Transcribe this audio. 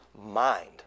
mind